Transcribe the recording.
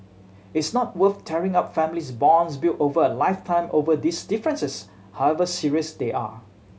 it's not worth tearing up family bonds built over a lifetime over these differences however serious they are